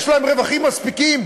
יש להם רווחים מספיקים,